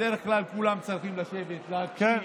בדרך כלל כולם צריכים לשבת, להקשיב.